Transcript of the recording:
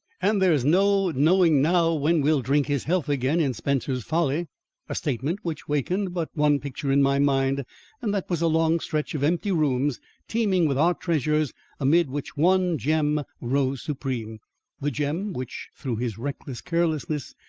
and there's no knowing now when we'll drink his health again in spencer's folly a statement which wakened but one picture in my mind and that was a long stretch of empty rooms teeming with art treasures amid which one gem rose supreme the gem which through his reckless carelessness,